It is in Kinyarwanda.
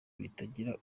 bitagira